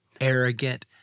arrogant